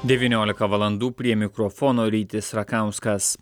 devyniolika valandų prie mikrofono rytis rakauskas